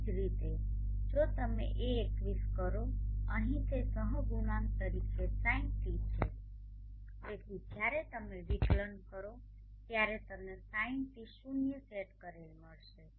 તેવી જ રીતે જો તમે a21 કરો અહીં તે સહગુણાંક તરીકે sinτ છે તેથી જ્યારે તમે વિકલન કરો ત્યારે તમને sinτi શૂન્ય સેટ કરેલ મળશે